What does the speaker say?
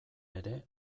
ere